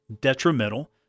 detrimental